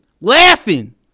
laughing